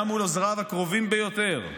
גם מול עוזריו הקרובים ביותר,